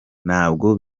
ntabwo